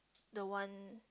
the one